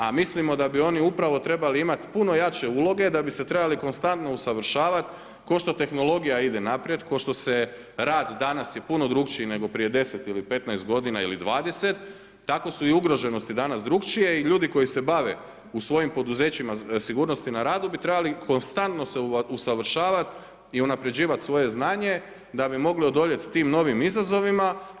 A mislimo da bi oni upravo trebali imati puno jače uloge da bi se trebali konstantno usavršavat kao što tehnologija ide naprijed, kao što se rad danas je puno drukčiji nego prije 10 ili 15 godina ili 20, tako su i ugroženosti dana drukčije i ljudi koji se bave u svojim poduzećima sigurnosti na radu bi trebali konstantno se usavršavat i unapređivat svoje znanje da bi mogli odoljet tim novim izazovima.